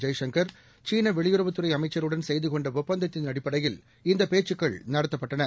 ஜெய்சங்கர் சீன கடந்த வெளியுறவுத்துறை அமைச்சருடன் செய்து கொண்ட ஒப்பந்தத்தின் அடிப்படையில் இந்தப் பேச்சுக்கள் நடத்தப்பட்டன